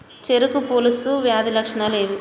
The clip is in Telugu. చెరుకు పొలుసు వ్యాధి లక్షణాలు ఏవి?